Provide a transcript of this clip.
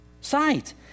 sight